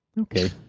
Okay